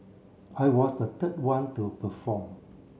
I was the third one to perform